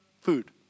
food